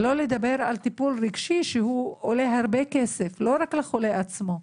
שלא לדבר על טיפול רגשי, לא רק לחולה עצמו,